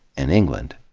and england.